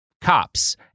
Cops